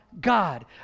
God